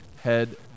head